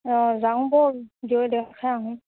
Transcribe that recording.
অঁ যাও বোল দুই দেখাই আহোঁ